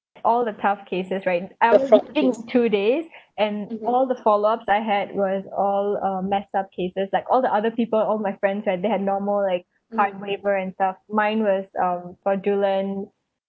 all the tough cases right I'll ski~ in two days and all the follow ups that I had was all uh messed up cases like all the other people all my friends where they had normal like card waiver and stuff mine was um fraudulent